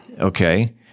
Okay